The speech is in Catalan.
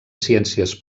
ciències